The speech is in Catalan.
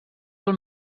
del